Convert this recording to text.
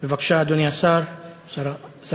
בבקשה, אדוני שר החינוך